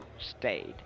stayed